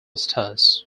stars